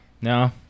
No